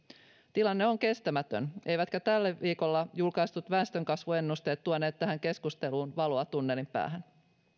tilanne on kestämätön eivätkä tällä viikolla julkaistut väestönkasvuennusteet tuoneet tähän keskusteluun valoa tunnelin päähän